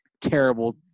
terrible